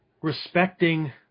respecting